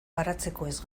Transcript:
baratzekoez